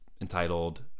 entitled